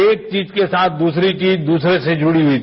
एक चीज के साथ दूसरी चीज दूसरे से जुड़ी हुई है